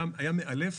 היה מאלף,